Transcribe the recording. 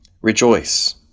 Rejoice